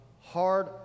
hard